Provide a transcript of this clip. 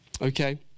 Okay